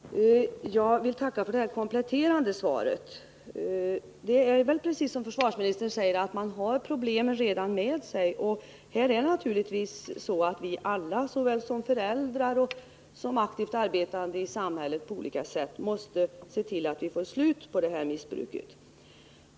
Herr talman! Jag vill tacka för det här kompletterande svaret. Det är väl precis som försvarsministern säger, att man redan har problemen med sig, och det är naturligtvis så att vi alla som föräldrar och som aktivt arbetande i samhället på olika sätt måste se till att vi får slut på missbruket.